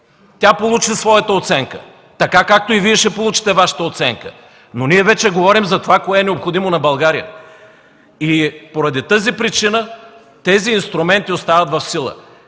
Тя получи своята оценка, така както и Вие ще получите Вашата оценка. Ние вече говорим за това кое е необходимо на България. Поради тази причина тези инструменти остават в сила